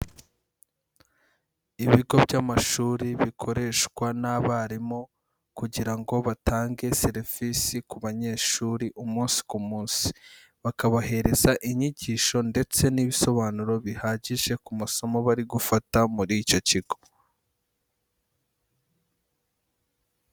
Ibigo by'amashuri bikoreshwa n'abarimu kugira ngo batange serivisi ku banyeshuri umunsi ku munsi, bakabahereza inyigisho ndetse n'ibisobanuro bihagije ku masomo bari gufata muri icyo kigo.